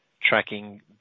tracking